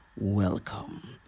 Welcome